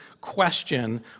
question